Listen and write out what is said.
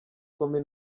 comey